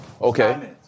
Okay